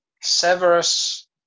severus